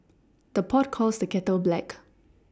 the pot calls the kettle black